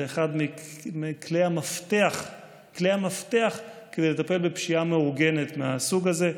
זה אחד מכלי המפתח כדי לטפל בפשיעה המאורגנת מהסוג הזה.